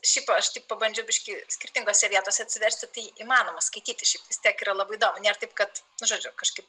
šiaip aš tik pabandžiau biškį skirtingose vietose atsiversti tai įmanoma skaityti šiaip vis tiek yra labai nėr taip kad nu žodžiu kažkaip